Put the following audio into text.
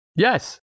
Yes